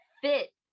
fit